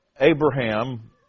Abraham